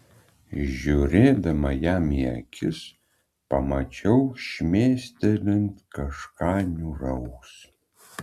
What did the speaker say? žiūrėdama jam į akis pamačiau šmėstelint kažką niūraus